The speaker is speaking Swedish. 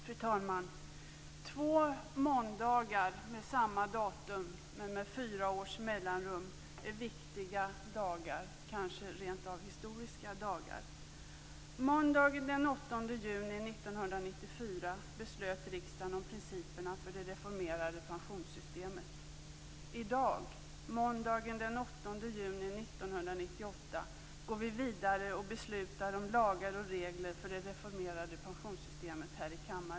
Fru talman! Två måndagar med samma datum men med fyra års mellanrum är viktiga eller kanske rent av historiska dagar. Måndagen den 8 juni 1994 beslöt riksdagen om principerna för det reformerade pensionssystemet. I dag, måndagen den 8 juni 1998, går vi vidare och beslutar om lagar och regler för det reformerade pensionssystemet här i kammaren.